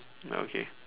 okay